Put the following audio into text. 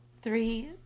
Three